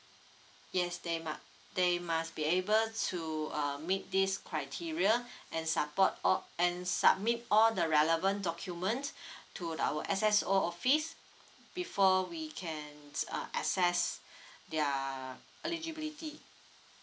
yes they mu~ they must be able to uh meet this criteria and support or and submit all the relevant documents to the our S_S_O office before we can uh assess their eligibility